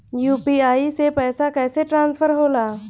UPI से पैसा कैसे ट्रांसफर होला?